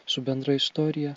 su bendra istorija